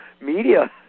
media